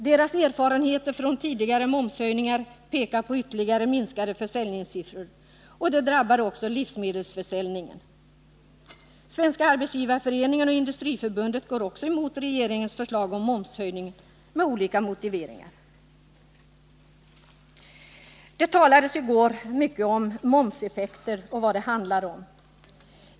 Deras erfarenheter från tidigare momshöjningar pekar på ytterligare minskade försäljningssiffror. Och det drabbar också livsmedelshandeln. Svenska arbetsgivareföreningen och Industriförbundet går också emot regeringens förslag om momshöjning, med olika motiveringar. Det talades i går mycket om momseffekter och vad de handlar om.